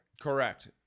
correct